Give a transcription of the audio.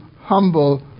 humble